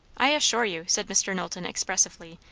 i assure you, said mr. knowlton expressively,